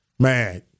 Man